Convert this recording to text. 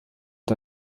und